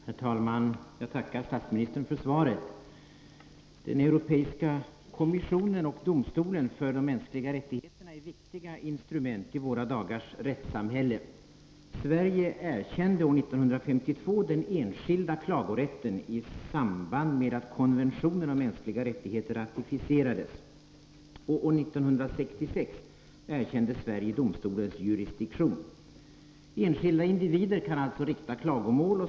Herr talman! Jag tackar statsministern för svaret. Den europeiska kommissionen och domstolen för de mänskliga rättigheterna är viktiga instrument i våra dagars rättssamhälle. Sverige erkände år 1952 den enskilda klagorätten i samband med att konventionen om mänskliga rättigheter ratificerades, och år 1966 erkände Sverige domstolens jurisdiktion. Enskilda individer kan alltså framföra klagomål.